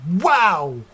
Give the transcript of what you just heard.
Wow